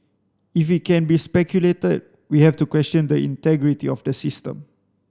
if it can be speculated we have to question the integrity of the system